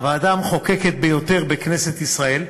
הוועדה המחוקקת ביותר בכנסת ישראל,